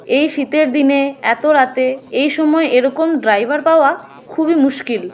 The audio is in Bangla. এই শীতের দিনে এতো রাতে এই সময়ে এরকম ড্রাইভার পাওয়া খুবই মুশকিল